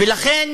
ולכן